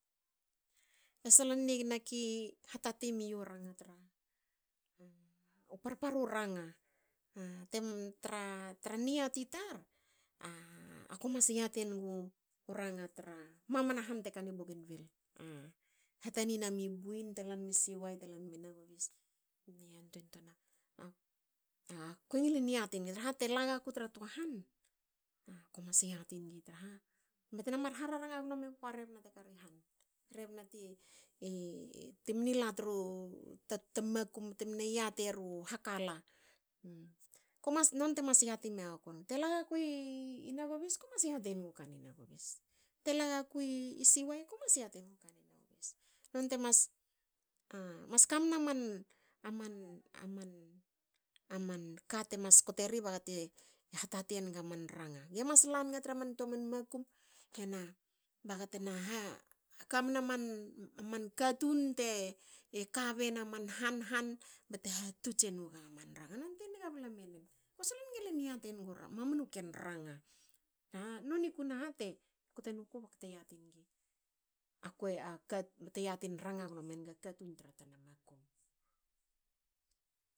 E solon nigna ki hatati miu ranga tra parparu ranga. Te tra niati tar ako mas yatiengu ranga tra mamana han te kani bougainvile. Hatani nami buin bte lanmi siwai. telanmi nagovis me yantuein twina. Akue ngil ngil yati nigi traha tela gaku tra toa han. komas yatinigi traha mete mar ha raranga gno megaku a rebna te kari. rebna timni la ta ma man ta makum temne yateru hakala. Komas, nonte mas yati megaku. tela gaku i nagovis. ko mas yati enugu aka ni nagovis. tela gakui siwai komas yati enga ka ni siwai. Nonte mas kamna man- man- mante mas koteri baga te hatati enga man ranga. Gemas langa tra man toa man makum hena baga temas kamna man toa man katun te ka bena man han han bte hatots enuga man ranga. nonte nga bla menen. Ko solon ngilin yate nig u ranga mamanu ken ranga. A noni ku naha te kte nuku bakute yati nigi bte yatin ranga gno menga katun tra tana makum